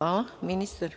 Mihajlović**